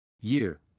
Year